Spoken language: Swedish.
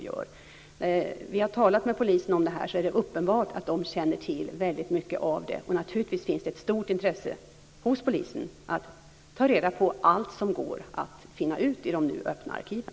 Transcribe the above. När vi har talat med polisen om det här är det uppenbart att man känner till väldigt mycket. Naturligtvis finns det ett stort intresse hos polisen av att ta reda på allt som går att finna ut i de nu öppna arkiven.